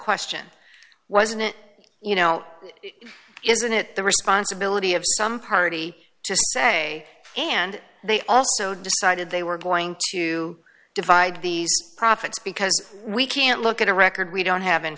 question wasn't it you know isn't it the responsibility of some party to say and they also decided they were going to divide the profits because we can't look at a record we don't have in